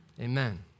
Amen